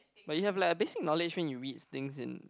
but you have like a basic knowledge when you read things in